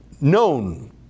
Known